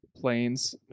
Planes